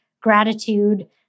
gratitude